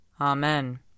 Amen